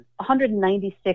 196